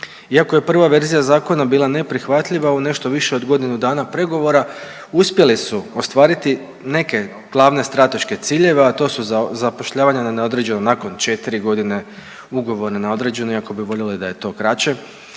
Iako je prva verzija zakona bila neprihvatljiva u nešto više od godinu dana pregovora uspjeli su ostvariti neke glavne strateške ciljeve, a to su zapošljavanje na neodređeno nakon 4.g., ugovor na neodređeno iako bi voljeli da je to kraće,